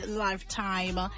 lifetime